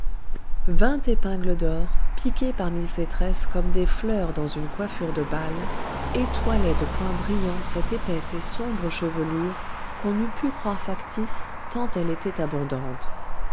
vingt épingles d'or piquées parmi ces tresses comme des fleurs dans une coiffure de bal étoilaient de points brillants cette épaisse et sombre chevelure qu'on eût pu croire factice tant elle était abondante